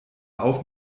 auf